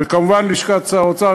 וכמובן לשכת שר האוצר.